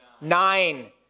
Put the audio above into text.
Nine